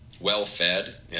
well-fed